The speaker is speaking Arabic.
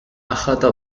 أخذ